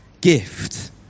gift